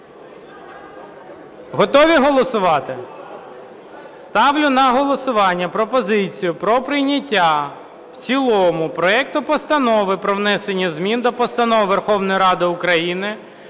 Готові голосувати? Ставлю на голосування пропозицію про прийняття в цілому проекту Постанови про внесення змін до Постанови Верховної Ради України